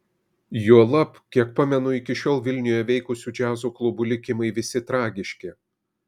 juolab kiek pamenu iki šiol vilniuje veikusių džiazo klubų likimai visi tragiški